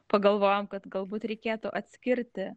pagalvojom kad galbūt reikėtų atskirti